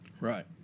Right